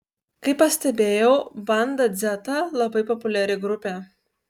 kaip pastebėjau banda dzeta labai populiari grupė